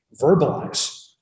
verbalize